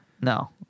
No